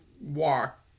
walk